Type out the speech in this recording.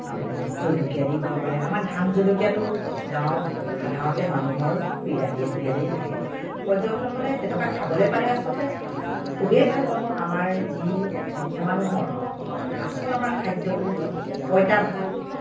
আপুনি জলকীয়া দিও খাব পাৰে আমাৰ ধান জলকীয়াটো গাঁৱত সাধাৰণতে মানুহৰ পিৰালিয়ে পিৰালিয়ে থাকে পৰ্যটকসকলে তেনেকুৱা খাবলে পালে আচলতে খুবেই ভাল পাব আমাৰ যি অসমীয়া মানুহৰ আচল আমাৰ খাদ্যটো ধৰক পঁইতা ভাত